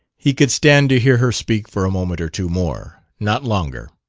he could stand to hear her speak for a moment or two more, not longer.